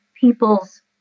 people's